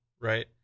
right